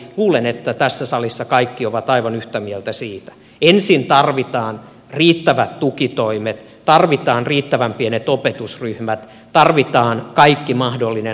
luulen että tässä salissa kaikki ovat aivan yhtä mieltä siitä että ensin tarvitaan riittävät tukitoimet tarvitaan riittävän pienet opetusryhmät tarvitaan kaikki mahdollinen apu ja tuki